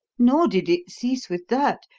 nor did it cease with that,